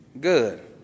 Good